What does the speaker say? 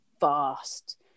vast